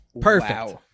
Perfect